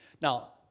Now